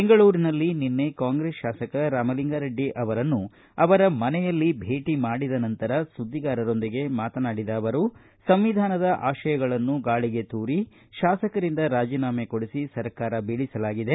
ಬೆಂಗಳೂರಿನಲ್ಲಿ ನಿನ್ನೆ ಕಾಂಗ್ರೆಸ್ ಶಾಸಕ ರಾಮಲಿಂಗಾರೆಡ್ಡಿ ಅವರನ್ನು ಅವರ ಮನೆಯಲ್ಲಿ ಭೇಟಿ ಮಾಡಿದ ನಂತರ ಸುದ್ದಿಗಾರರೊಂದಿಗೆ ಮಾತನಾಡಿದ ಅವರು ಸಂವಿಧಾನದ ಆಶಯಗಳನ್ನು ಗಾಳಿಗೆ ತೂರಿ ಶಾಸಕರಿಂದ ರಾಜೀನಾಮೆ ಕೊಡಿಸಿ ಸರ್ಕಾರ ಬೀಳಿಸಲಾಗಿದೆ